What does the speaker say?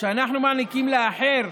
כשאנחנו מעניקים לאחר,